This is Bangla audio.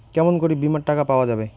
কেমন করি বীমার টাকা পাওয়া যাবে?